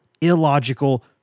illogical